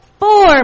Four